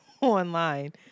online